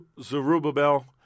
Zerubbabel